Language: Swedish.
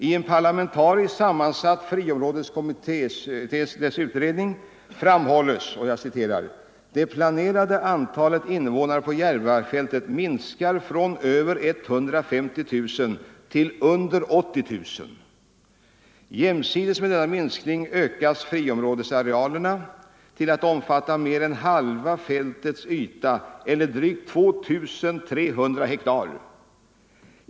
I den parlamentariskt sammansatta friområdeskommitténs utredning framhålles att ”det planerade antalet innevånare på Järvafältet minskar från över 150 000 till under 80 000”. Jämsides med denna minskning ökar friområdesarealerna ”till att omfatta mer än halva fältets yta eller drygt 2300 ha.